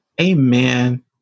Amen